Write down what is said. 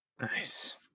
Nice